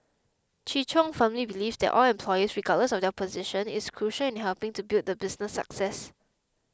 Chi Chung firmly believes that all employees regardless of their position is crucial in helping to build the business success